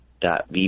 dot